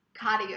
cardio